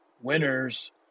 winners